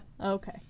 Okay